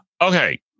Okay